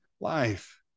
life